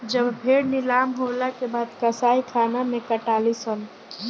जब भेड़ नीलाम होला के बाद कसाईखाना मे कटाली सन